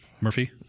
Murphy